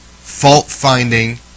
fault-finding